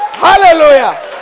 Hallelujah